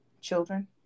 Children